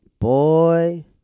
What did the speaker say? Boy